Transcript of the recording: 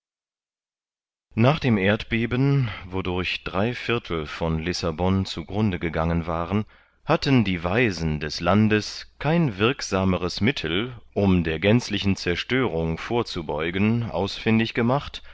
nach dem erdbeben wodurch drei viertel von lissabon zu grunde gegangen waren hatten die weisen des landes kein wirksameres mittel um der gänzlichen zerstörung vorzubeugen ausfindig gemacht